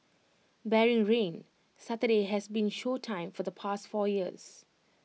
barring rain Saturday has been show time for the past four years